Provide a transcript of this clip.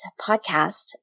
podcast